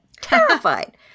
Terrified